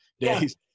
days